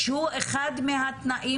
שהוא אחד הגורמים